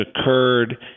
occurred